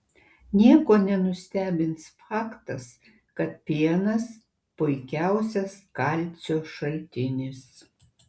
nieko nenustebins faktas kad pienas puikiausias kalcio šaltinis